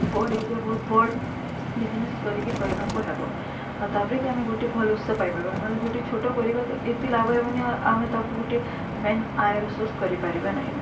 ବଡ଼ ଏରିଆ ବହୁତ ବଡ଼ ବିଜନେସ୍ କରିକିରି କରିବାକୁ ହେବ ଆଉ ତା'ପରେ କି ଆମେ ଗୋଟେ ଭଲ ଉତ୍ସ ପାଇପାରିବା ନହେଲେ ଯେଉଁଠି ଛୋଟ କରିବା ତ ଏତେ ଲାଭ ହେବନି ଆମେ ତାକୁ ଗୋଟେ ମେନ୍ ଆୟର ସୋର୍ସ କରିପାରିବା ନାହିଁ